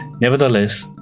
Nevertheless